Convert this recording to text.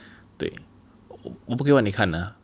mm 对我不可以让你看的